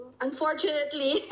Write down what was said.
unfortunately